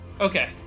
Okay